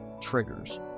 triggers